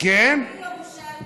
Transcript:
אני ירושלמית תמיד,